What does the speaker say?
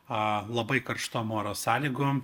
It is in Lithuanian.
a labai karštom oro sąlygom